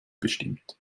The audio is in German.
bestimmt